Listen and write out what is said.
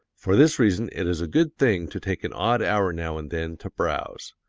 for this reason it is a good thing to take an odd hour now and then to browse.